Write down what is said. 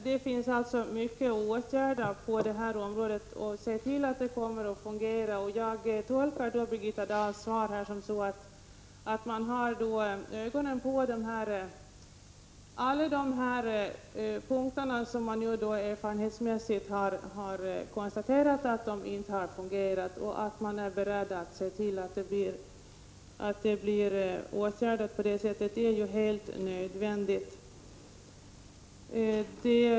Det finns mycket att åtgärda på detta område och se till att det kommer att fungera. Jag tolkar Birgitta Dahls svar på ett sådant sätt att man har ögonen på alla de punkter där man erfarenhetsmässigt har konstaterat att det hela inte har fungerat och där man är beredd att se till att åtgärder vidtas. Detta är helt nödvändigt.